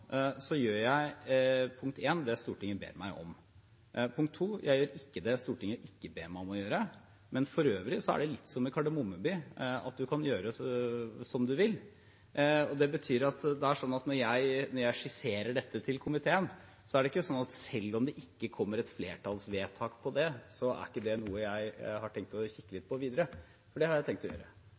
gjør jeg det Stortinget ber meg om å gjøre, ikke det Stortinget ikke ber meg om å gjøre. For øvrig er det litt som i Kardemomme by, at man kan gjøre som man vil. Det betyr at når jeg skisserer dette til komiteen, er det ikke sånn, selv om det ikke kommer et flertallsvedtak på det, at det ikke er noe jeg har tenkt å kikke litt på videre – for det har jeg tenkt å gjøre.